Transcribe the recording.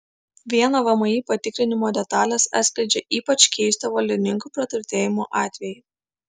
vieno vmi patikrinimo detalės atskleidžia ypač keisto valdininkų praturtėjimo atvejį